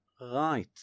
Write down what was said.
right